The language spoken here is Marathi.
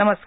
नमस्कार